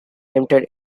limited